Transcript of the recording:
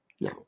No